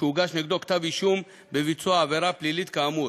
שהוגש נגדו כתב-אישום בגין ביצוע עבירה פלילית כאמור.